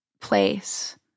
place